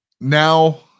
now